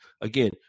again